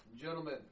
gentlemen